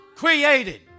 Created